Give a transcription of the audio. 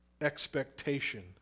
expectation